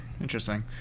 Interesting